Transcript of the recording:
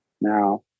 Now